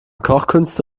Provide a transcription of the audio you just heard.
kochkünste